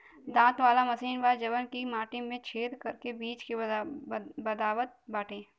दांत वाला मशीन बा जवन की माटी में छेद करके बीज के दबावत बाटे